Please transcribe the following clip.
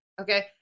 okay